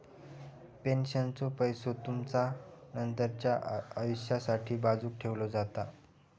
पेन्शनचो पैसो तुमचा नंतरच्या आयुष्यासाठी बाजूक ठेवलो जाता